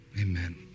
Amen